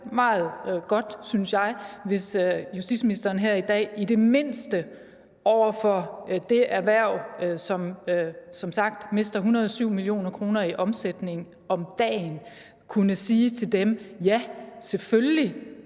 meget godt, synes jeg, hvis justitsministeren her i dag i det mindste til det erhverv, der som sagt mister 107 mio. kr. i omsætning om dagen, kunne sige: Ja, selvfølgelig